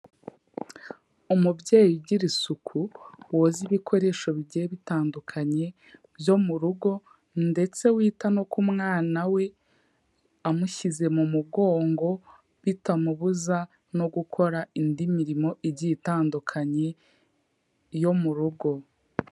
Umubyeyi ugira isuku woza ibikoresho bigiye bitandukanye byo murugo ndetse wita no ku mwana we amushyize mu mugongo bitamubuza no gukora indi mirimo igiye itandukanye yo murugo.